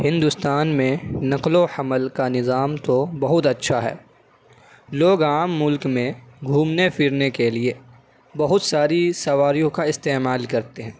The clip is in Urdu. ہندوستان میں نقل و حمل کا نظام تو بہت اچھا ہے لوگ عام ملک میں گھومنے پھرنے کے لیے بہت ساری سواریوں کا استعمال کرتے ہیں